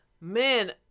man